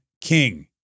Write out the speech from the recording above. King